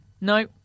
No